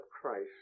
Christ